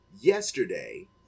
Yesterday